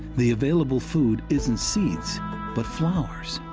the available food isn't seeds but flowers.